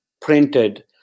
printed